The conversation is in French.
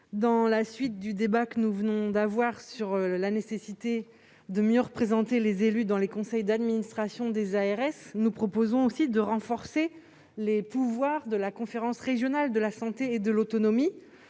Dans la suite de notre débat sur la nécessité de mieux représenter les élus dans les conseils d'administration des ARS, nous proposons de renforcer les pouvoirs de la conférence régionale de la santé et de l'autonomie,